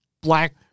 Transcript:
black